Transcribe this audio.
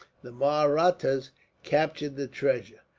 the mahrattas captured the treasure,